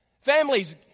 Families